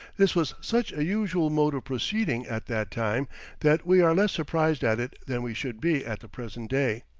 this was such a usual mode of proceeding at that time that we are less surprised at it than we should be at the present day.